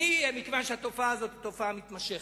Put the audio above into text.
כיוון שהתופעה הזו היא תופעה מתמשכת,